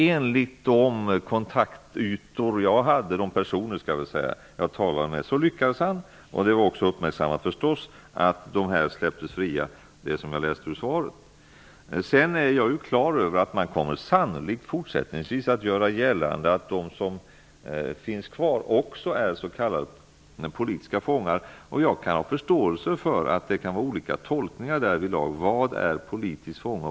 Enligt de personer jag talade med så lyckades han. Det har förstås också uppmärksammats att dessa fångar släpptes fria. Jag är på det klara med att man sannolikt fortsättningsvis kommer att göra gällande att de som finns också är s.k. politiska fångar. Jag kan ha förståelse för att man kan göra olika tolkningar av vem som är politisk fånge.